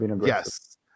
Yes